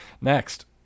next